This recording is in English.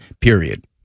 period